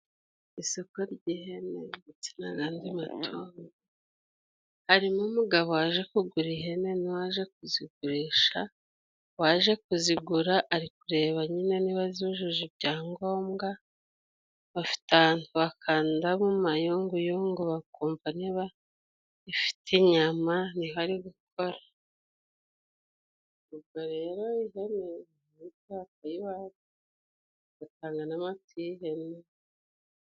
Isoko ry'ihene ndetse na yandi matungo. Harimo umugabo waje kugura ihene nu waje kuziguzigurisha ari kureba niba zujuje ibyangombwa bakanda mumayunguyungu bakumva niba ifite inyama ntihari ubwo rero ihene akayifata ugatanganamatihene.